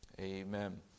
Amen